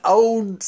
old